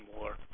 more